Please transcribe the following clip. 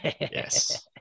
Yes